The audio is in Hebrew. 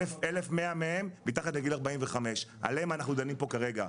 1,200 מהם מתחת לגיל 45. עליהם אנחנו דנים פה כרגע.